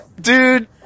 Dude